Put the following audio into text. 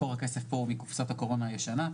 מקור הכסף פה הוא מקופסת הקורונה הישנה.